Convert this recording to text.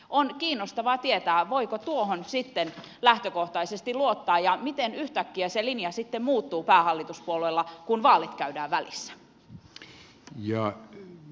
on kiinnostavaa tietää voiko tuohon sitten lähtökohtaisesti luottaa ja miten yhtäkkiä se linja sitten muuttuu päähallituspuolueella kun vaalit käydään välissä